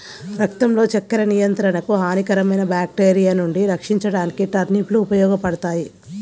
రక్తంలో చక్కెర నియంత్రణకు, హానికరమైన బ్యాక్టీరియా నుండి రక్షించడానికి టర్నిప్ లు ఉపయోగపడతాయి